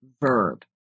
verb